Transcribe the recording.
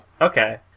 okay